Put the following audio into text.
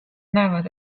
näevad